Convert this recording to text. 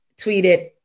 tweeted